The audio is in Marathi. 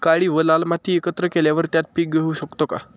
काळी व लाल माती एकत्र केल्यावर त्यात पीक घेऊ शकतो का?